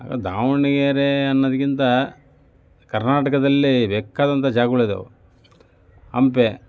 ದಾವಣಗೆರೆ ಅನ್ನೋದಕ್ಕಿಂತ ಕರ್ನಾಟಕದಲ್ಲಿ ಬೇಕಾದಂಥ ಜಾಗಗಳು ಇದ್ದಾವೆ ಹಂಪೆ